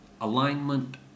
alignment